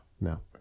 No